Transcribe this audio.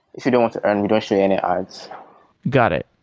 if you don't want to earn, we don't show you any ads got it.